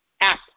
app